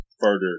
further